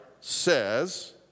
says